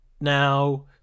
now